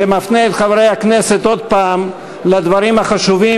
ומפנה את חברי הכנסת עוד הפעם לדברים החשובים